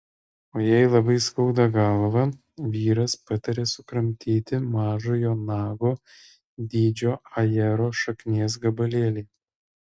o jei labai skauda galvą vyras patarė sukramtyti mažojo nago dydžio ajero šaknies gabalėlį